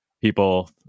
people